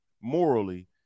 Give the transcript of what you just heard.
Morally